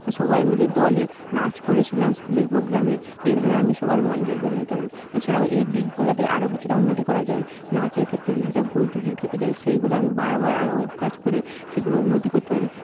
সবাই মিলে দলে নাচ করেছিলাম স্কুলের প্রোগ্রামে এইভাবে আমি সবার মন জয় করে নিতে পারি এছাড়াও এই দিকগুলোতে আরো কিছুটা উন্নতি করা যায় নাচের ক্ষেত্রে কিছুটা ভুল ত্রুটি থেকে যায় সেইগুলো আমি বার বার আরো অভ্যাস করে সেগুলো উন্নতি করতে পারি